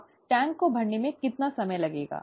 अब टैंक को भरने में कितना समय लगेगा